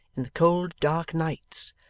in the cold dark nights,